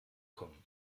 kommen